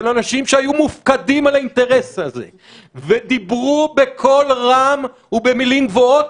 אנשים שהיו מופקדים על האינטרס הזה ודיברו בקול רם ובמילים גבוהות,